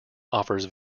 offers